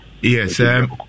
Yes